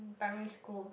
primary school